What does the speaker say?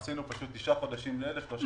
עשינו פשוט תשעה חודשים לאלה ושלושה חודשים לאלה.